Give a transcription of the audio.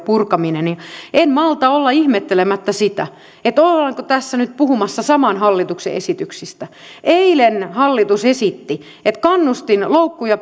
purkaminen en malta olla ihmettelemättä sitä ollaanko tässä nyt puhumassa saman hallituksen esityksistä eilen hallitus esitti että kannustinloukkuja